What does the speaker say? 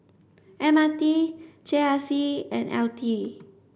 M R T G R C and L T